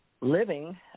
living